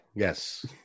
Yes